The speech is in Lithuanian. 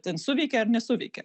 ten suveikė ar nesuveikė